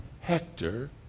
Hector